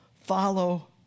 follow